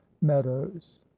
meadows